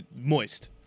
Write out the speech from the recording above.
Moist